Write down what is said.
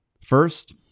First